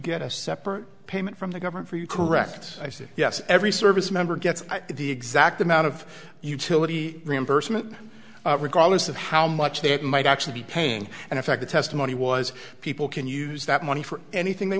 get a separate payment from the government for you correct i said yes every service member gets the exact amount of utility reimbursement regardless of how much that might actually be paying and in fact the testimony was people can use that money for anything they